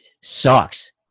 sucks